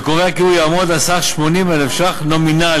וקובע כי הוא יעמוד על סך 80,000 ש"ח נומינלי.